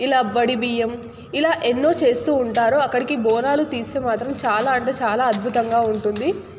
ఇలా బడి బియ్యం ఇలా ఎన్నో చేస్తూ ఉంటారు అక్కడికి బోనాలు తీస్తే మాత్రం చాలా అంటే చాలా అద్భుతంగా ఉంటుంది